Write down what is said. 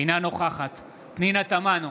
אינה נוכחת פנינה תמנו,